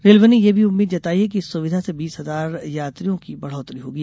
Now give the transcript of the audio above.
railway ने यह भी उम्मीद जताई है कि इस सुविधा से बीस हजार यात्रियों की बढ़ोत्तरी होगी